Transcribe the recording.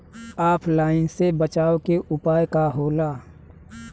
ऑफलाइनसे बचाव के उपाय का होला?